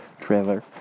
trailer